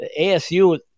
ASU